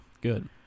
Good